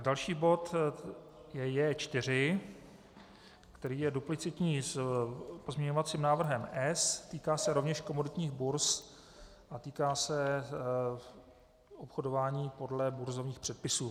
Další bod je J4, který je duplicitní s pozměňovacím návrhem S. Týká se rovněž komoditních burz a týká se obchodování podle burzovních předpisů.